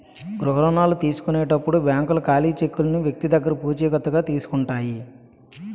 గృహ రుణాల తీసుకునేటప్పుడు బ్యాంకులు ఖాళీ చెక్కులను వ్యక్తి దగ్గర పూచికత్తుగా తీసుకుంటాయి